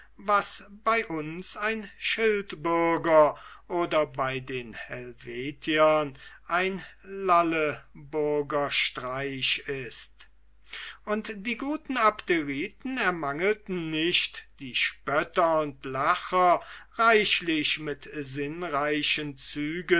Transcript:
was bei uns ein schildbürger oder bei den helvetiern ein lalleburgerstreich ist und die guten abderiten ermangelten nicht die spötter und lacher reichlich mit sinnreichen